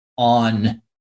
on